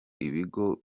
ibigo